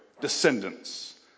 descendants